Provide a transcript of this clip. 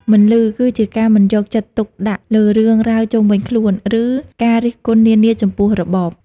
«មិនឮ» គឺការមិនយកចិត្តទុកដាក់លើរឿងរ៉ាវជុំវិញខ្លួន ឬការរិះគន់នានាចំពោះរបប។